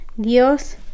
Dios